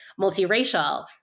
multiracial